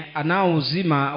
anauzima